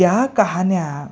त्या कहाण्या